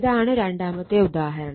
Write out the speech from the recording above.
ഇതാണ് രണ്ടാമത്തെ ഉദാഹരണം